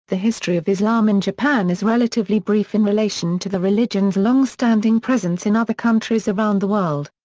the history of islam in japan is relatively brief in relation to the religion's longstanding presence in other countries around the world.